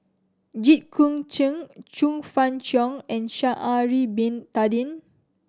Jit Koon Ch'ng Chong Fah Cheong and Sha'ari Bin Tadin